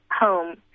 home